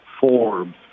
Forbes